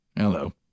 Hello